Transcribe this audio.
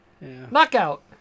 Knockout